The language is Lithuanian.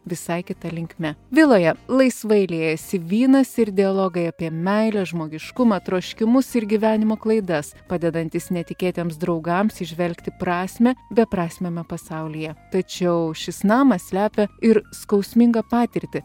visai kita linkme viloje laisvai liejasi vynas ir dialogai apie meilę žmogiškumą troškimus ir gyvenimo klaidas padedantys netikėtiems draugams įžvelgti prasmę beprasmiame pasaulyje tačiau šis namas slepia ir skausmingą patirtį